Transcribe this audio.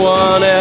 one